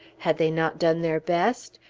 had they not done their best?